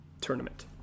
tournament